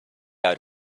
out